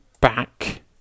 back